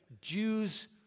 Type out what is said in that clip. Jews